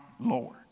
Lord